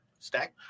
stack